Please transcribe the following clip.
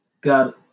got